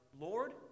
Lord